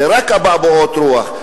זה רק אבעבועות רוח.